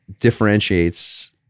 differentiates